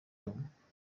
numa